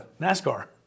NASCAR